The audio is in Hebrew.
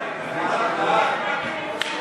09, משרד החוץ,